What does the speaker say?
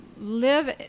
live